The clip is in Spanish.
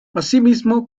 asimismo